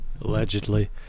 Allegedly